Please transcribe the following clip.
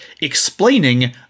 explaining